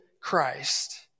Christ